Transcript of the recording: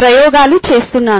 ప్రయోగాలు చేస్తున్నాను